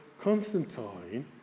Constantine